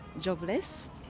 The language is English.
jobless